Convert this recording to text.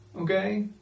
Okay